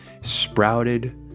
sprouted